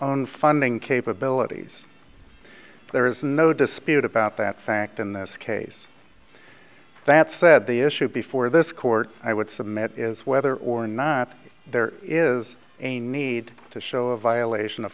on funding capabilities there is no dispute about that fact in this case that said the issue before this court i would submit is whether or not there is a need to show a violation of